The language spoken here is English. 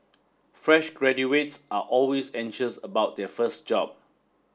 fresh graduates are always anxious about their first job